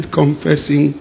confessing